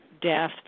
death